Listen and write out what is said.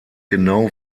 genau